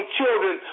children